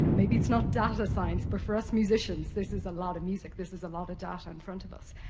you know maybe it's not data science, but for us musicians, this is a lot of music. this is a lot of data in front of us.